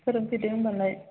फोरोंफैदो होनबालाय